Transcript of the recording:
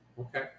okay